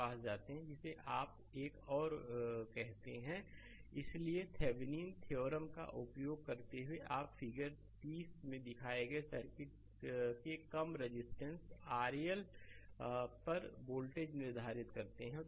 slide समय देखें 0718 इसलिए थेविनीन थ्योरम का उपयोग करते हुए आप फिगर30 में दिखाए गए सर्किट के कम रेजिस्टेंस RL पर वोल्टेज निर्धारित करते हैं